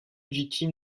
victime